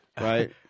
right